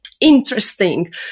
interesting